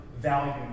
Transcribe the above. Value